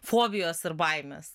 fobijos ir baimės